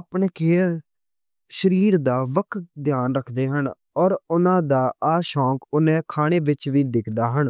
اپنے کیے سریر دا خاص دھیان رکھدے ہَن۔ اُناں دا ایہ شوق اُنہاں دے کھانے وِچ بھی وکھدا ہے۔